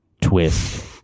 twist